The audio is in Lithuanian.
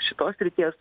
šitos srities